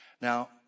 Now